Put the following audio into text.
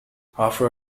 after